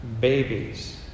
babies